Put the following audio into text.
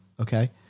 okay